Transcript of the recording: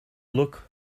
look